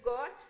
God